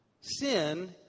Sin